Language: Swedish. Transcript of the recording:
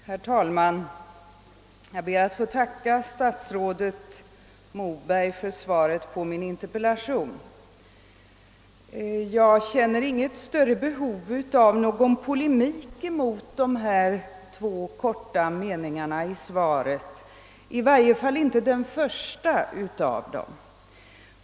Herr talman! Jag ber att få tacka statsrådet Moberg för svaret på min interpellation. Jag känner inte något större behov av någon polemik mot de korta meningarna i svaret, i varje fall inte mot den första av dem.